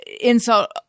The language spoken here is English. insult